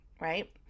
right